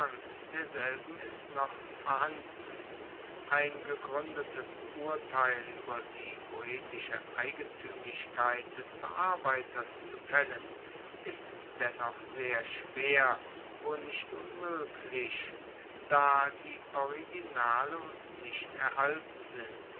derselben ist noch vorhanden ein gegruendetes urteil ueber die poetische eigentuemlichkeit des bearbeiters zu faellen ist dennoch sehr schwer wo nicht unmoeglich da die originale uns nicht erhalten sind